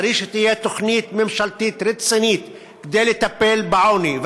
צריך שתהיה תוכנית ממשלתית רצינית לטפל בעוני.